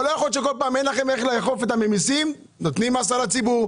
לא יכול להיות שכל פעם כשאין לכם איך לאכוף אתם מטילים מס על הציבור.